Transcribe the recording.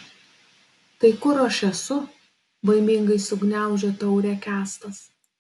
tai kur aš esu baimingai sugniaužė taurę kęstas